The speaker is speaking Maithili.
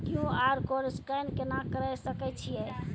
क्यू.आर कोड स्कैन केना करै सकय छियै?